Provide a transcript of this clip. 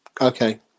Okay